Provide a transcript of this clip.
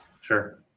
Sure